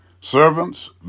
Servants